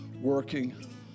working